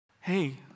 hey